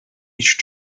each